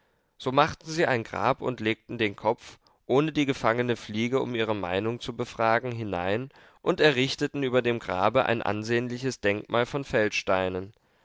so machten sie ein grab und legten den kopf ohne die gefangene fliege um ihre meinung zu befragen hinein und errichteten über dem grabe ein ansehnliches denkmal von